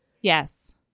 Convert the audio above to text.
yes